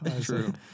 True